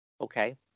okay